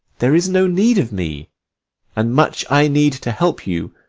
there is no need of me and much i need to help you,